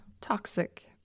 toxic